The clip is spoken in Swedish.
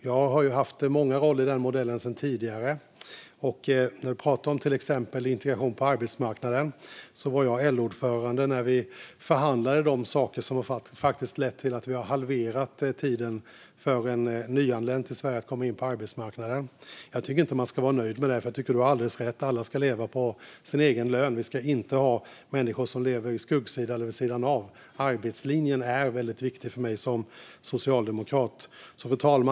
Jag har haft många roller i den modellen tidigare. När det gäller till exempel integration på arbetsmarknaden var jag LO-ordförande när vi förhandlade de saker som faktiskt har lett till att vi har halverat tiden det tar för en nyanländ till Sverige att komma in på arbetsmarknaden. Jag tycker dock inte att man ska nöja sig med det, för jag tycker att du har alldeles rätt: Alla ska leva på en egen lön, och vi ska inte ha människor som lever på skuggsidan eller vid sidan av. Arbetslinjen är väldigt viktig för mig som socialdemokrat. Fru talman!